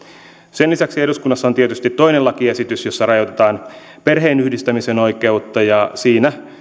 sen lisäksi eduskunnassa on tietysti toinen lakiesitys ja siinä rajoitetaan perheenyhdistämisen oikeutta ja siinä